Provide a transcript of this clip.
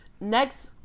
Next